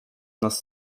nas